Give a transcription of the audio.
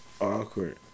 awkward